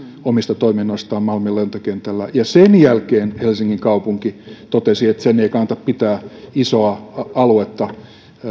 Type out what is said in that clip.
omista toiminnoistaan malmin lentokentällä ja sen jälkeen helsingin kaupunki totesi että sen ei kannata pitää isoa aluetta